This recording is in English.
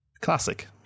classic